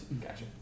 Gotcha